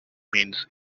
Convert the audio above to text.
means